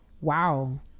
Wow